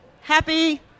Happy